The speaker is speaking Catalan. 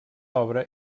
obra